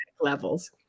levels